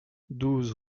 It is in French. douze